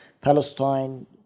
Palestine